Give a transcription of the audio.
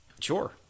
sure